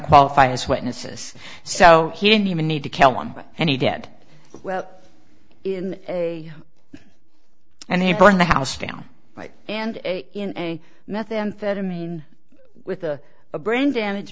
qualify as witnesses so he didn't even need to kill one and he did well in a and he burned the house down and in a meth amphetamine with the brain damage